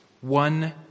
One